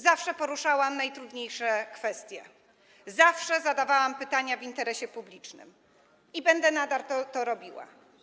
Zawsze poruszałam najtrudniejsze kwestie, zawsze zadawałam pytania w interesie publicznym i nadal będę to robiła.